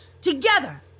Together